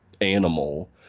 Animal